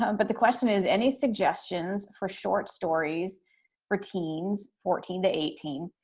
um but the question is, any suggestions for short stories for teens fourteen to eighteen,